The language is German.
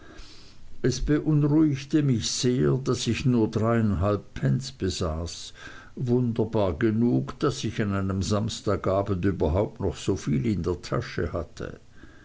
es beunruhigte mich sehr daß ich nur dreieinhalb pence besaß wunderbar genug daß ich an einem samstagabend überhaupt noch soviel in der tasche hatte